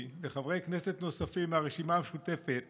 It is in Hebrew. וחברי כנסת נוספים מהרשימה המשותפת